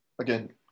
again